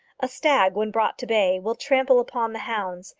a stag, when brought to bay, will trample upon the hounds.